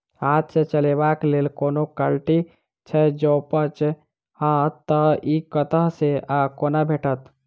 हाथ सऽ चलेबाक लेल कोनों कल्टी छै, जौंपच हाँ तऽ, इ कतह सऽ आ कोना भेटत?